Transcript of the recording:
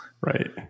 Right